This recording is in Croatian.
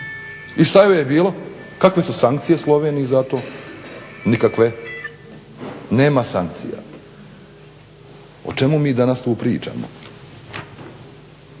I šta joj je bilo? Kakve su sankcije Sloveniji za to? nikakve, nema sankcija. O čemu mi danas ovdje pričamo?